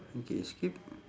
okay skip